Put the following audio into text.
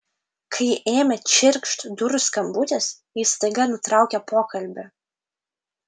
kai ėmė čirkšt durų skambutis ji staiga nutraukė pokalbį